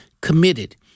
committed